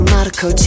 Marco